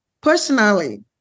personally